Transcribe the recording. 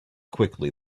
quickly